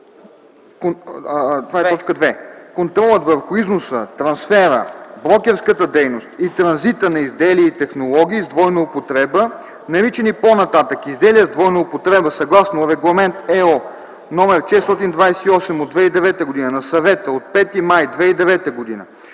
изменя така: „2. контролът върху износа, трансфера, брокерската дейност и транзита на изделия и технологии с двойна употреба, наричани по-нататък „изделия с двойна употреба”, съгласно Регламент (ЕО) № 428/2009 г. на Съвета от 5 май 2009 г. за